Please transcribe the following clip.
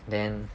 then